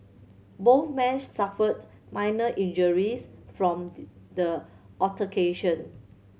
both men suffered minor injuries from the altercation